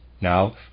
Now